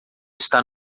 está